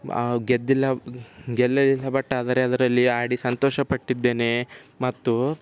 ಗೆದ್ದಿಲ್ಲ ಗೆಲ್ಲಲಿಲ್ಲ ಬಟ್ ಆದರೆ ಅದರಲ್ಲಿ ಆಡಿ ಸಂತೋಷ ಪಟ್ಟಿದ್ದೇನೆ ಮತ್ತು